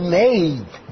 made